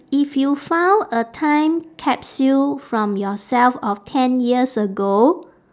if you found a time capsule from yourself of ten years ago